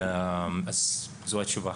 זו התשובה.